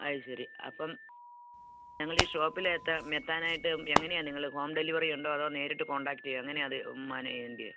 അതുശരി അപ്പം ഞങ്ങൾ ഈ ഷോപ്പിലെത്താൻ എത്താനായിട്ട് എങ്ങനെയാണ് നിങ്ങള് ഹോം ഡെലിവെറി ഉണ്ടോ അതോ നേരിട്ട് കോൺണ്ടാക്ട് ചെയ്യുവോ എങ്ങനെയാണ് അത് മാനേജ് ചെയ്യേണ്ടിയത്